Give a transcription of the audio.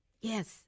Yes